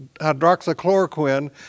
hydroxychloroquine